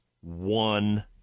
one